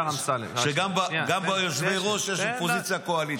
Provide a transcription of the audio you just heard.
אמסלם --- שגם ביושבי-ראש יש אופוזיציה קואליציה.